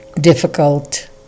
difficult